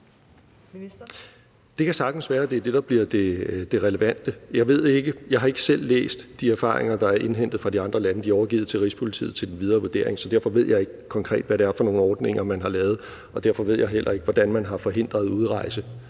Det kan sagtens være, at det er det, der bliver det relevante. Jeg ved det ikke, jeg har ikke selv læst de erfaringer, der er indhentet fra de andre lande – de er overgivet til Rigspolitiet til den videre vurdering. Så derfor ved jeg ikke konkret, hvad det er for nogle ordninger, man har lavet, og derfor ved jeg heller ikke, hvordan man har forhindret udrejse.